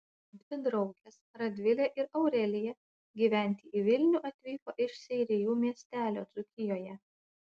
dvi draugės radvilė ir aurelija gyventi į vilnių atvyko iš seirijų miestelio dzūkijoje